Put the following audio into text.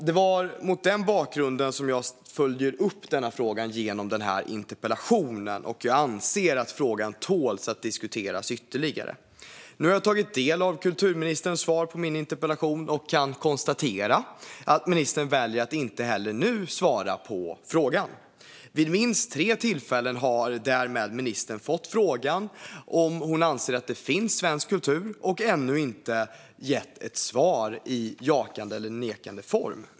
Det är mot den bakgrunden som jag följer upp frågan genom denna interpellation. Jag anser att frågan tål att diskuteras ytterligare. Nu har jag tagit del av kulturministerns svar på min interpellation och kan konstatera att ministern väljer att inte heller nu svara på frågan. Vid minst tre tillfällen har ministern därmed fått frågan om hon anser att det finns en svensk kultur, men hon har ännu inte gett ett svar i jakande eller nekande form.